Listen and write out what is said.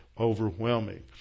overwhelming